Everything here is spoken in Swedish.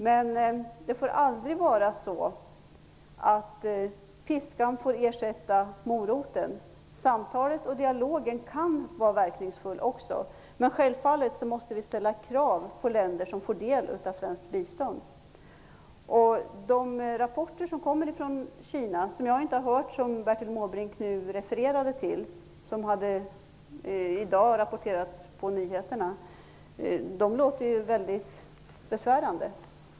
Men det får aldrig bli så att piskan ersätter moroten. Också samtal och dialog kan vara verkningsfullt, men självfallet måste vi ställa krav på länder som får del av svenskt bistånd. Jag har inte hört de rapporter från Kina som presenterades på nyheterna i morse och som Bertil Måbrink refererade till, men de hörs vara väldigt besvärande.